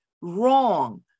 wrong